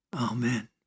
Amen